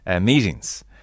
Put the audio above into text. meetings